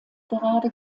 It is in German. gerade